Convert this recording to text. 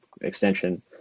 extension